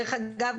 דרך אגב,